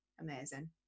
amazing